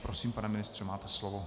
Prosím, pane ministře, máte slovo.